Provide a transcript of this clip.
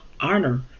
honor